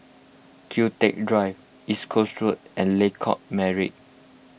Kian Teck Drive East Coast Road and Lengkok Merak